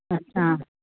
अच्छा